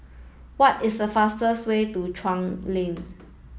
what is the fastest way to Chuan Lane